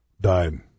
died